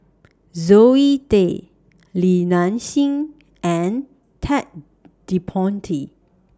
Zoe Tay Li Nanxing and Ted De Ponti